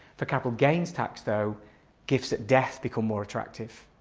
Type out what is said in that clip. for capital gains tax though gifts at death become more attractive.